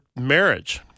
marriage